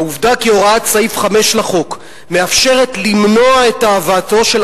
"העובדה כי הוראת סעיף 5 לחוק מאפשרת למנוע את הבאתו של